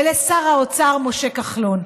ולשר האוצר משה כחלון,